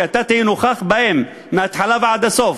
כשאתה תהיה נוכח מההתחלה ועד הסוף.